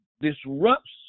disrupts